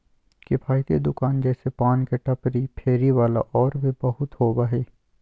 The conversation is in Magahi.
किफ़ायती दुकान जैसे पान के टपरी, फेरी वाला और भी बहुत होबा हइ